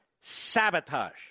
Sabotage